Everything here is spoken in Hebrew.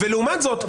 לעומת זאת,